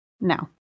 No